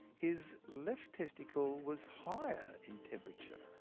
his left testicle was higher in temperature.